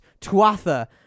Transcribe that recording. Tuatha